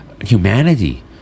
Humanity